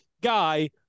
guy